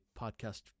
podcast